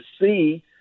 see